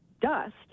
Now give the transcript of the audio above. dust